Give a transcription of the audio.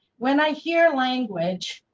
when i hear language.